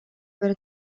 бэрт